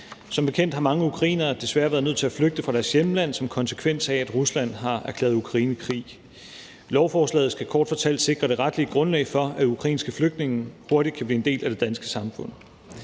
Som bekendt har mange ukrainere desværre været nødt til at flygte fra deres hjemland, som konsekvens af at Rusland har erklæret Ukraine krig. Lovforslaget skal kort fortalt sikre det retlige grundlag for, at ukrainske flygtninge hurtigt kan blive en del af det danske samfund.